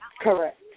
Correct